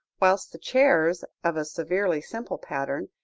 whilst the chairs, of a severely simple pattern,